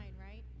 right